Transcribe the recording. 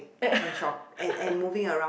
hand shop and and moving around